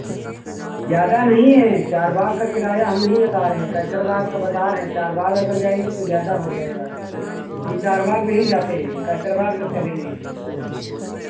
ज़्यादा नहीं है चार बाग़ का किराया हम नहीं बता रहे कैसर बाग़ का बता रहे चार बाग़ अगर जाएंगी तो ज़्यादा हो जाएगा हम चार बाग़ नहीं जाते हैं कैसर बाग़ तक चलेंगे